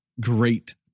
Great